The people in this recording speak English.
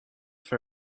duke